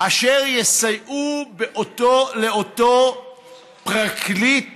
אשר יסייעו לאותו פרקליט